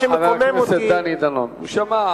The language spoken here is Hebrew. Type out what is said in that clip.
מה שמקומם אותי, חבר הכנסת דני דנון, הוא שמע.